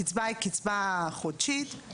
הקצבה היא קצבה חודשית,